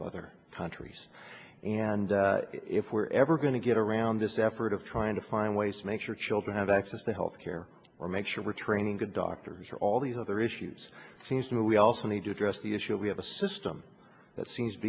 of other countries and if we're ever going to get around this effort of trying to find ways to make sure children access to health care or make sure we're training good doctors for all these other issues seems to me we also need to address the issue we have a system that seems to